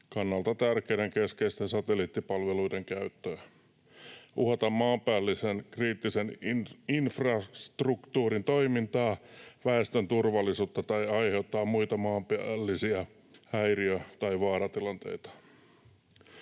kannalta tärkeiden keskeisten satelliittipalveluiden käyttöä, uhata maanpäällisen kriittisen infrastruktuurin toimintaa, väestön turvallisuutta tai aiheuttaa muita maanpäällisiä häiriö- tai vaaratilanteita.